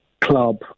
Club